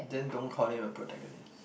then don't call him a protagonist